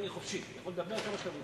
אני חופשי, אתם יכולים לדבר כמה שאתם רוצים.